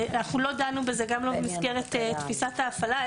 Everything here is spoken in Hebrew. אנחנו לא דנו בזה גם לא במסגרת תפיסת ההפעלה.